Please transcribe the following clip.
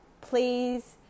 Please